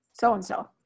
So-and-so